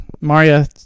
Maria